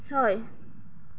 ছয়